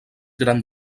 gran